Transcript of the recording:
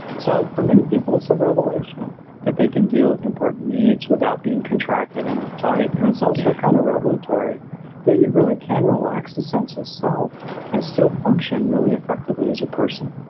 so for many people, it's a revelation that they can deal with important needs without being contracted and uptight. and it's also kind of regulatory that you really can relax the sense of self and still function really effectively as a person